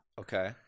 Okay